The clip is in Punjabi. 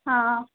ਹਾਂ